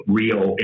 real